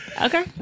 Okay